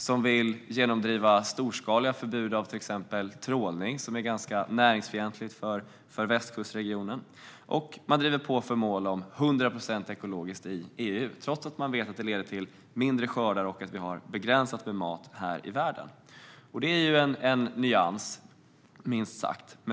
Man vill också genomdriva storskaliga förbud av till exempel trålning, vilket är ganska näringsfientligt för västkustregionen. Man driver också på för mål om 100 procent ekologiskt i EU, trots att man vet att det leder till mindre skördar och att världen har begränsat med mat. Detta är en nyans, minst sagt.